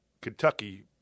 Kentucky